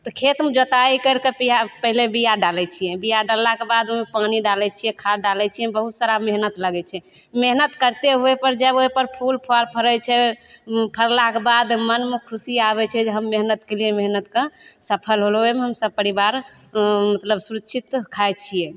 तऽ खेतमे जोताइ करिके तैयार पहिले बीया डालय छियै बीया डाललाके बाद ओइमे पानि डालय छियै खाद डालय छियै ओइमे बहुत सारा मेहनत लगय छै मेहनत करते हुएपर जब ओइपर फूल फल फरय छै फरलाके बाद मनमे खुशी आबय छै जे हम मेहनत कयलियै मेहनतके सफल होलय ओइमे हम सपरिवार मतलब सुरक्षित खाइ छियै